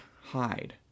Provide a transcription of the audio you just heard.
hide